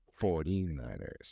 49ers